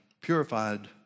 purified